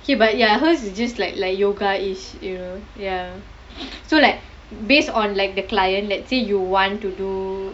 K but ya hers is just like like yogaish ya you know so like based on like the client let's say you want to do